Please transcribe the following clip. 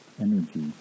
energy